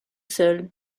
seul